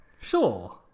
Sure